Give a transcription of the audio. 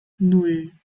nan